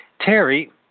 Terry